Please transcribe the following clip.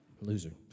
loser